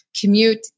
commute